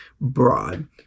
broad